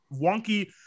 wonky